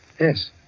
Yes